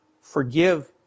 forgive